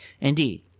Indeed